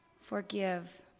Forgive